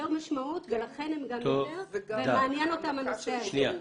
משמעות ולכן גם יותר מעניין אותם הנושא הזה.